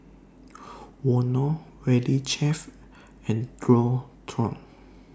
Vono Valley Chef and Dualtron